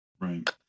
Right